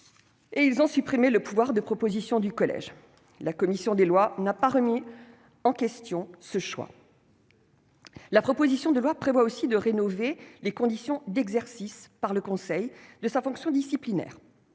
et ont donc supprimé le pouvoir de proposition du collège. La commission des lois n'a pas remis ce choix en question. La proposition de loi prévoit aussi de rénover les conditions d'exercice, par le Conseil des maisons de vente,